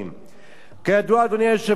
החוק הקיים אינו מגדיר תועבה,